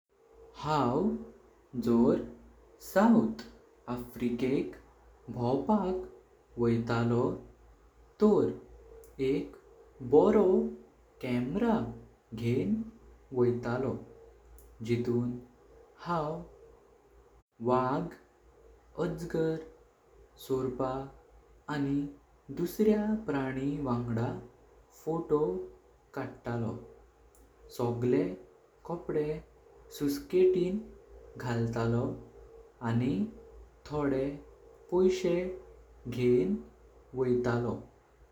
हांव जॉर साउथ आफ्रिकेक भवपाक वाटलो तोर एक बोरॉ कैमेरा घेन वाटलो जिटुन हांव वाग। अजगर सर्प आनी दुसऱ्या प्राणी वांगड फोटो काडतलो, सगळे कोंपडे सूटकेसिन घालतलो आनी थोड़े पैशें घेन वाटलो।